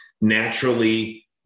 naturally